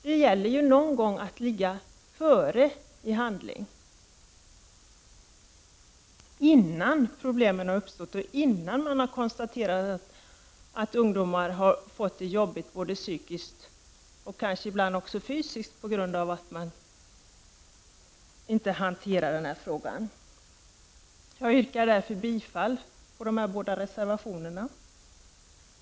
Det gäller att någon gång ligga före i handling, innan problemen har uppstått och innan det har konstaterats att ungdomar har fått det jobbigt både psykiskt och fysiskt på grund av att frågan inte har hanterats. Jag yrkar därför bifall till båda reservationerna.